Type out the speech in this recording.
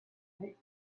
right